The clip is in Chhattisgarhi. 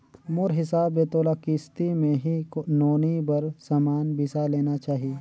मोर हिसाब ले तोला किस्ती मे ही नोनी बर समान बिसा लेना चाही